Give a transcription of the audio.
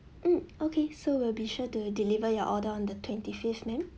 hmm okay so we'll be sure to deliver your order on the twenty fifth ma'am